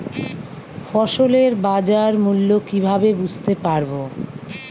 ফসলের বাজার মূল্য কিভাবে বুঝতে পারব?